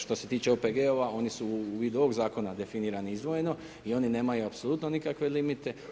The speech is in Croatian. Što se tiče OPG-ova, oni su u vidu ovog Zakona definirani izdvojeno i oni nemaju apsolutno nikakve limite.